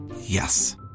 Yes